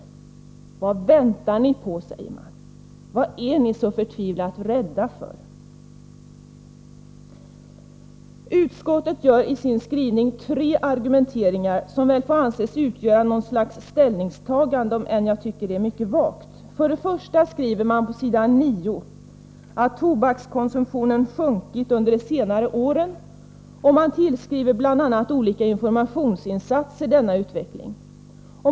De säger: Vad väntar ni på? Vad är ni så förtvivlat rädda för? Utskottet gör i sin skrivning tre argumenteringar som väl får anses utgöra något slags ställningstagande, om än mycket vagt. För det första skriver man på s. 9 att tobakskonsumtionen sjunkit under de senare åren, och man tillskriver bl.a. olika informationsinsatser denna utveckling.